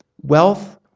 wealth